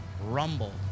Rumble